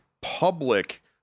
public